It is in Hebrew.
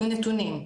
יהיו נתונים,